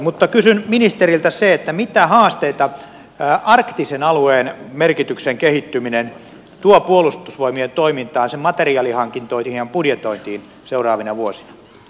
mutta kysyn ministeriltä mitä haasteita arktisen alueen merkityksen kehittyminen tuo puolustusvoimien toimintaan sen materiaalihankintoihin ja budjetointiin seuraavina vuosina